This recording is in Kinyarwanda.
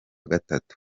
gatatu